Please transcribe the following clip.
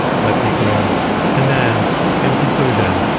lefty grove and then in conclusion,